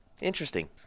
Interesting